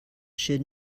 should